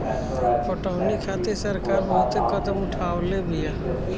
पटौनी खातिर सरकार बहुते कदम उठवले बिया